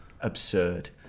absurd